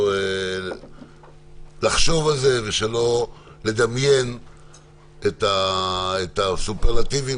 לחשוב על זה ושלא לדמיין את הסופרלטיבים